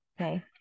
okay